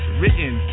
written